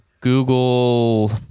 Google